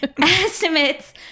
estimates